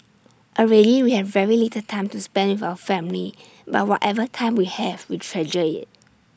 already we have very little time to spend with our family but whatever time we have we treasure IT